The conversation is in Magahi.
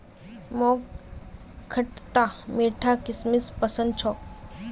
मोक खटता मीठा किशमिश पसंद छोक